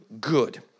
good